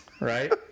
right